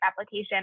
application